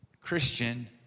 Christian